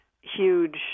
huge